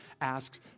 asks